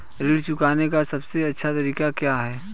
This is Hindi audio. ऋण चुकाने का सबसे अच्छा तरीका क्या है?